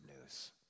news